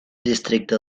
districte